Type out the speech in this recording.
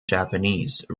japanese